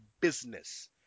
business